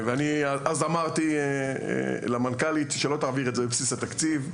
אז אמרתי למנכ"לית שלא תעביר את זה לבסיס התקציב,